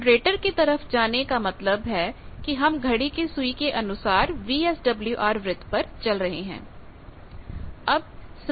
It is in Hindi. जनरेटर की तरफ जाने का मतलब है कि हम घड़ी की सुई के अनुसार वीएसडब्ल्यूआर वृत्त पर चल रहे हैं